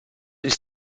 ist